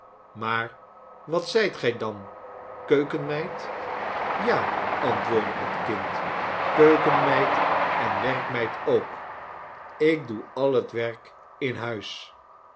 maar wat zijt gij dan keukenmeid ja antwoordde het kind keukenmeid en werkmeid ook ik doe al het werk in huis